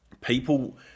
People